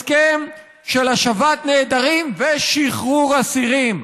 הסכם של השבת נעדרים ושחרור אסירים.